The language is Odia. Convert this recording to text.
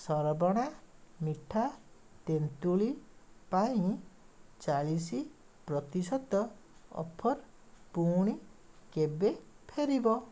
ସରବଣା ମିଠା ତେନ୍ତୁଳି ପାଇଁ ଚାଳିଶି ପ୍ରତିଶତ ଅଫର୍ ପୁଣି କେବେ ଫେରିବ